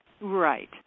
Right